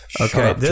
Okay